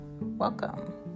Welcome